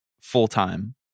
full-time